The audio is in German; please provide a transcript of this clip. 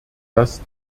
das